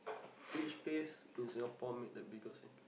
which place in Singapore made the biggest impression